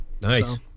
Nice